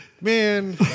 Man